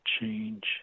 change